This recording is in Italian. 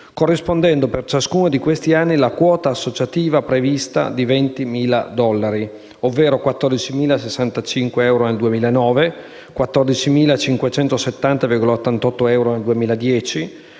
corrispondendo, per ciascuno di questi anni, la quota associativa prevista di 20.000 dollari (ovvero 14.065 euro nel 2009, 14.570,88 euro nel 2010,